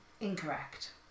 Incorrect